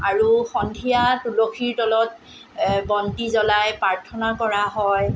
আৰু সন্ধিয়া তুলসীৰ তলত বন্তি জ্বলাই প্ৰাৰ্থনা কৰা হয়